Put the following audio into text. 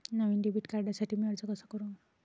नवीन debit कार्डसाठी मी अर्ज कसा करू?